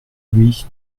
louis